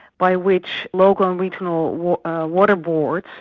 by which local and regional water boards,